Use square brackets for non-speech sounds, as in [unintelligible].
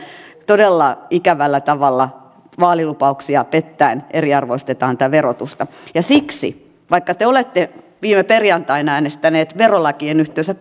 todella ikävällä tavalla vaalilupauksia pettäen eriarvoistetaan tätä verotusta ja siksi vaikka te olette viime perjantaina äänestäneet verolakien yhteydessä [unintelligible]